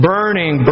Burning